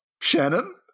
shannon